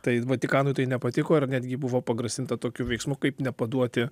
tai vatikanui tai nepatiko ir netgi buvo pagrasinta tokiu veiksmu kaip nepaduoti